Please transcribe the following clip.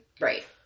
Right